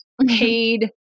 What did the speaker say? paid